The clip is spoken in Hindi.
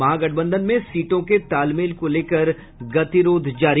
महागठबंधन में सीटों के तालमेल को लेकर गतिरोध जारी